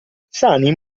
sani